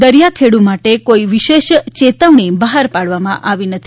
દરિયાખેડુ માટે કોઈ વિશેષ ચેતવણી બહાર પાડવામાં આવી નથી